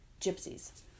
gypsies